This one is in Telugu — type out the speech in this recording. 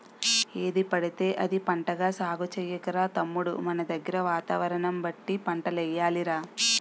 ఏదిపడితే అది పంటగా సాగు చెయ్యకురా తమ్ముడూ మనదగ్గర వాతావరణం బట్టి పంటలెయ్యాలి రా